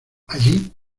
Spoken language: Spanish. allí